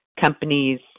companies